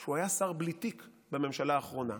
שהוא היה שר בלי תיק בממשלה האחרונה.